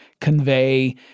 convey